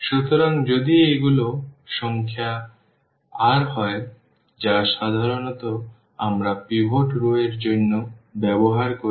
সুতরাং যদি এগুলো সংখ্যায় r হয় যা সাধারণত আমরা পিভট রও এর জন্য ব্যবহার করি